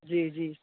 जी जी